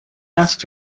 asked